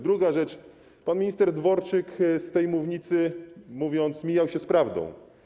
Druga rzecz, pan minister Dworczyk na tej mównicy mijał się z prawdą.